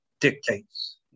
dictates